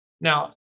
Now